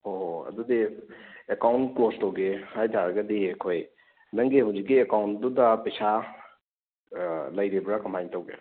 ꯑꯣ ꯑꯣ ꯑꯗꯨꯗꯤ ꯑꯦꯀꯥꯎꯟ ꯀ꯭ꯂꯣꯖ ꯇꯧꯒꯦ ꯍꯥꯏꯇꯥꯔꯒꯗꯤ ꯑꯩꯈꯣꯏ ꯅꯪꯒꯤ ꯍꯧꯖꯤꯛꯀꯤ ꯑꯦꯀꯥꯎꯟꯗꯨꯗ ꯄꯩꯁꯥ ꯂꯩꯔꯤꯕ꯭ꯔꯥ ꯀꯃꯥꯏꯅ ꯇꯧꯒꯦ